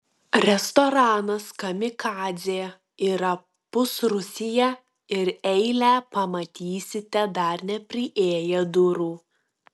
restoranas kamikadzė yra pusrūsyje ir eilę pamatysite dar nepriėję prie durų